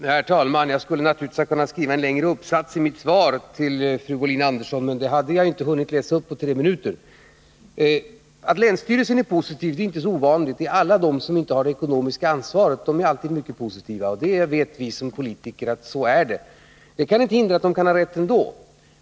Herr talman! Jag skulle naturligtvis ha kunnat skriva en längre uppsats i mitt svar till fru Wohlin-Andersson, men den hade jag inte hunnit läsa upp på tre minuter. Att länsstyrelsen är positiv är inte så ovanligt — alla som inte har det ekonomiska ansvaret är alltid mycket positiva. Vi som är politiker vet att det är så. Det hindrar inte att de kan ha rätt.